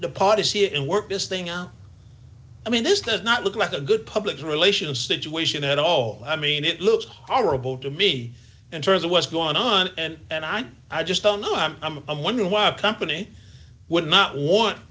here and work this thing out i mean this does not look like a good public relations situation at all i mean it looks horrible to me in terms of what's going on and and i'm i just don't know i'm i'm i'm wondering why a company would not want